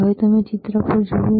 હવે તમે ચિત્ર પર શું જુઓ છો